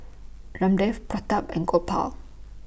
Ramdev Pratap and Gopal